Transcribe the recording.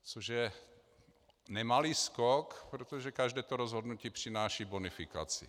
Což je nemalý skok, protože každé to rozhodnutí přináší bonifikaci.